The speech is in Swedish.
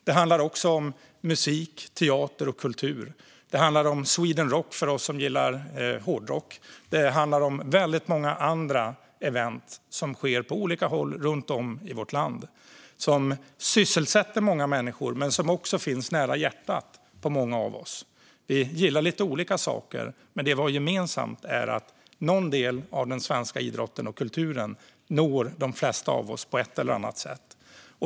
Det handlar också om musik, teater och kultur. Det handlar om Sweden Rock för oss som gillar hårdrock. Det handlar om väldigt många andra event som sker på olika håll runt om i vårt land och som sysselsätter många människor men som också finns nära hjärtat för många av oss. Vi gillar lite olika saker, men det vi har gemensamt är att någon del av den svenska idrotten och kulturen når de flesta av oss på ett eller annat sätt.